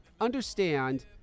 understand